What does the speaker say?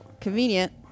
convenient